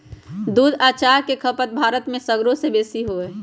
दूध आ चाह के खपत भारत में सगरो से बेशी हइ